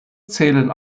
zählen